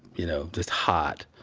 you know, just hot,